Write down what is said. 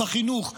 בחינוך,